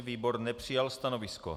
Výbor nepřijal stanovisko.